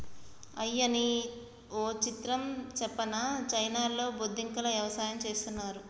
అయ్యనీ ఓ విచిత్రం సెప్పనా చైనాలో బొద్దింకల యవసాయం చేస్తున్నారు